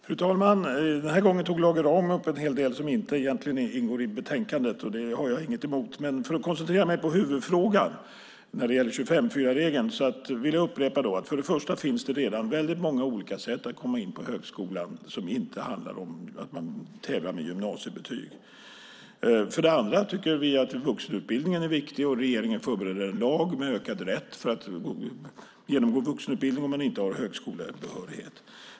Fru talman! Den här gången tog Lage Rahm upp en hel del som egentligen inte ingår i betänkandet. Det har jag ingenting emot, men för att koncentrera mig på huvudfrågan, som gällde 25:4-regeln, vill jag upprepa att det, för det första, redan finns många olika sätt att komma in på högskolan som inte handlar om att man tävlar med gymnasiebetyg. För det andra tycker vi att vuxenutbildningen är viktig. Regeringen förbereder en lag med ökad rätt att kunna genomgå vuxenutbildning om man inte har högskolebehörighet.